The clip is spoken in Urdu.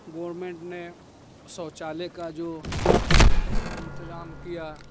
گورمنٹ نے شوچالیہ کا جو انتظام کیا